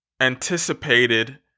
anticipated